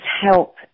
help